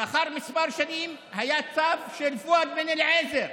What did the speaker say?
לאחר כמה שנים היה צו של פואד בן אליעזר.